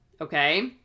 Okay